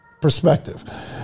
perspective